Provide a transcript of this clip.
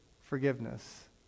forgiveness